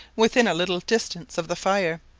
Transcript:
within a little distance of the fire,